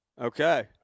Okay